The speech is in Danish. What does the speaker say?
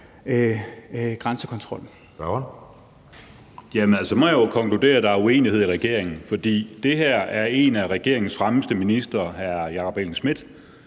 grænsekontrollen.